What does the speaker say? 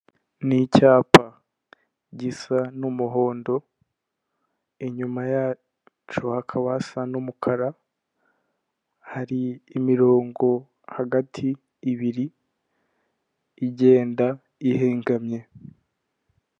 Ni icyapa gisa n'umuhondo inyuma yacu hakaba hasa n'umukara; hari imirongo hagati ibiri igenda ihengamye.